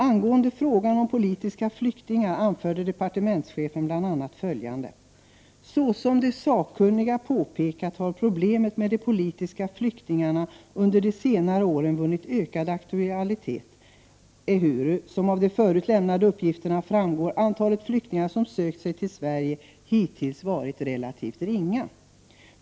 Angående frågan om politiska flyktingar anförde departementschefen bl.a. följande: ”Såsom de sakkunniga påpekat har problemet med de politiska flyktingarna under de senare åren vunnit ökad aktualitet, ehuru, såsom av de förut lämnade uppgifterna framgår, antalet flyktingar som sökt sig till Sverige hittills varit relativt ringa.